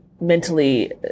mentally